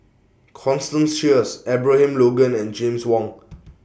Constance Sheares Abraham Logan and James Wong